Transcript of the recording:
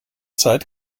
zeit